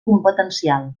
competencial